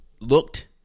looked